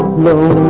little